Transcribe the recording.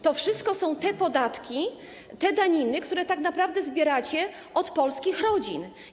To wszystko są podatki, daniny, które tak naprawdę zbieracie od polskich rodzin.